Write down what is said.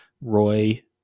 Roy